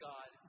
God